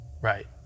Right